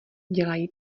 dělají